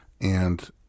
And-